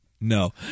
No